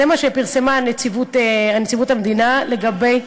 זה מה שפרסמה נציבות המדינה לגבי,